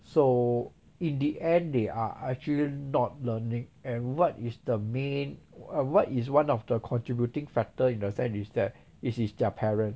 so in the end they are actually not learning and what is the main uh what is one of the contributing factor in the sense is that it is their parent